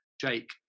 Jake